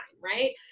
right